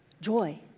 Joy